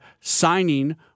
signing